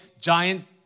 giant